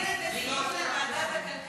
ההצעה להעביר את הנושא לוועדה שתקבע